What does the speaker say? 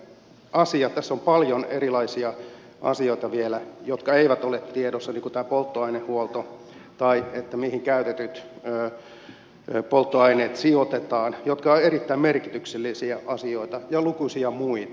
tässä on paljon erilaisia asioita vielä jotka eivät ole tiedossa niin kuin tämä polttoainehuolto tai se mihin käytetyt polttoaineet sijoitetaan jotka ovat erittäin merkityksellisiä asioita ja lukuisia muita